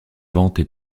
ventes